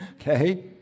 Okay